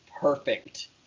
perfect